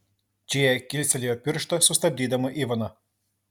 džėja kilstelėjo pirštą sustabdydama ivaną